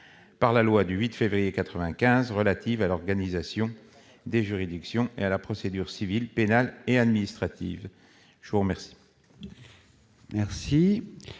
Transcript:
par la loi du 8 février 1995 relative à l'organisation des juridictions et à la procédure civile, pénale et administrative. L'amendement